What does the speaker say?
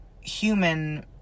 human